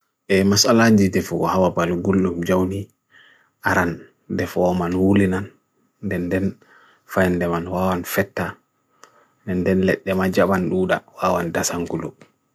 e mas alanji tefugwa hawa palugul nuk jawni aran tefugwa manhulinan den den fain deman wawan fetta den let deman jaban nuda wawan dasan guluk